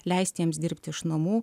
leisti jiems dirbti iš namų